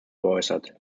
geäußert